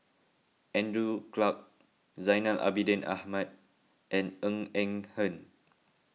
Andrew Clarke Zainal Abidin Ahmad and Ng Eng Hen